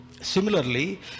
Similarly